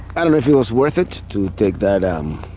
i don't know if it was worth it to take that um